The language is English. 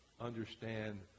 understand